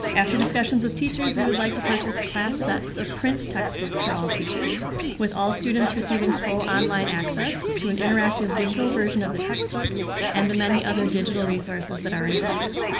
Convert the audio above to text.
after discussions with teachers, we would like to purchase class sets of print textbooks for all teachers with all students receiving full online access to an interactive digital version of the textbook and the many other digital resources that are included.